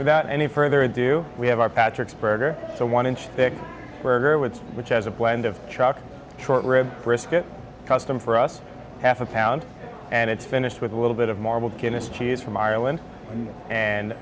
without any further ado we have our patrick's burger so one inch thick burger with which has a blend of truck short ribs brisket custom for us half a pound and it's finished with a little bit of marble guinness cheese from ireland and